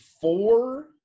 four